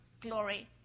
glory